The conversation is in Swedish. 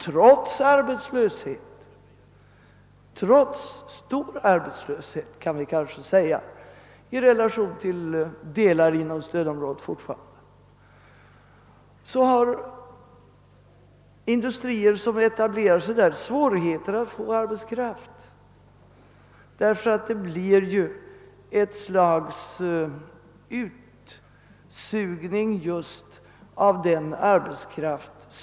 Trots en kanske stor arbetslöshet — fortfarande i relation till vissa delar inom stödområdet — har industrier som etablerar sig där haft svårigheter att få arbetskraft på grund av nämnda utsug av arbetskraften.